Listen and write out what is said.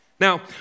Now